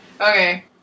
Okay